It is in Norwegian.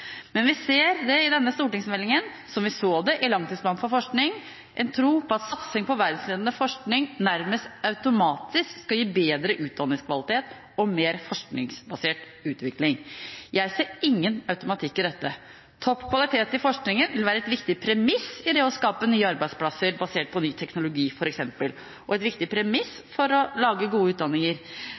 Men vi ser i denne stortingsmeldingen, som vi så det i langtidsplanen for forskning, en tro på at satsing på verdensledende forskning nærmest automatisk skal gi bedre utdanningskvalitet og mer forskningsbasert utvikling. Jeg ser ingen automatikk i dette. Topp kvalitet i forskningen vil være et viktig premiss for det å skape nye arbeidsplasser basert på ny teknologi f.eks. – og et viktig premiss for å lage gode utdanninger.